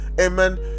Amen